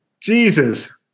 Jesus